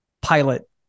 pilot